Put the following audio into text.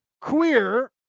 Queer